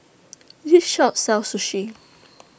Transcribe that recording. This Shop sells Sushi